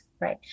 Right